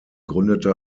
gründete